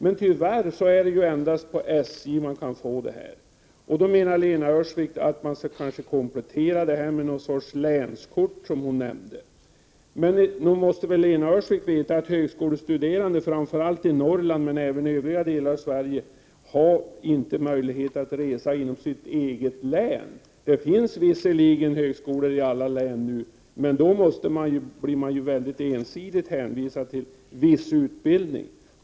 Men det är tyvärr endast på SJ som man kan få ett sådant kort. Lena Öhrsvik menar då att man kanske skall komplettera med något slags länskort. Men nog måste väl Lena Öhrsvik veta att högskolestuderande, framför allt i Norrland men även i övriga delar av Sverige, inte har möjlighet att resa inom sitt eget län? Det finns nu visserligen högskolor i alla län, men man blir i så fall hänvisad till viss, mycket ensidig, utbildning.